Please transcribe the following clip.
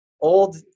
old